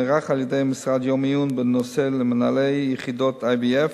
נערך על-ידי המשרד יום עיון בנושא למנהלי יחידות IVF,